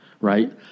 right